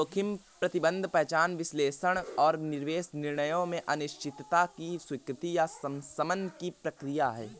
जोखिम प्रबंधन पहचान विश्लेषण और निवेश निर्णयों में अनिश्चितता की स्वीकृति या शमन की प्रक्रिया है